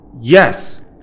Yes